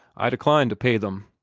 i decline to pay them.